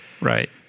Right